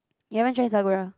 you haven't try Sakura